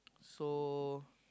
so